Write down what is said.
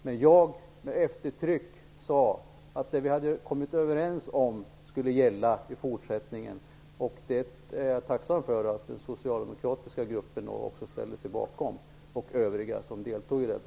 Men jag sade då med eftertryck att det som vi hade kommit överens om skulle gälla i fortsättningen. Jag är tacksam för att också den socialdemokratiska gruppen och övriga som deltog i beslutet ställde sig bakom detta.